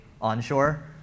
onshore